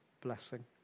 blessing